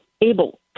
able